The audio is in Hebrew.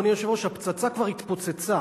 אדוני היושב-ראש: הפצצה כבר התפוצצה,